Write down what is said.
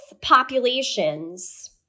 populations